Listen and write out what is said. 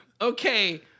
okay